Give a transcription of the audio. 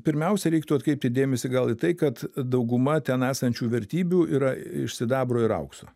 pirmiausia reiktų atkreipti dėmesį gal į tai kad dauguma ten esančių vertybių yra iš sidabro ir aukso